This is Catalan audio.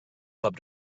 cop